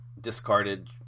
discarded